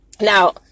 now